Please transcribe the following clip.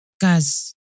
Guys